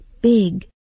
big